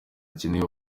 akeneye